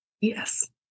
Yes